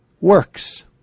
works